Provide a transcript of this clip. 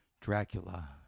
Dracula